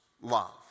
love